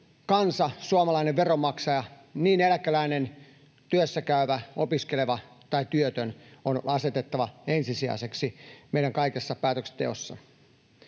kansa, suomalainen veronmaksaja, eläkeläinen, työssäkäyvä, opiskeleva tai työtön, on asetettava ensisijaiseksi meidän kaikessa päätöksenteossa.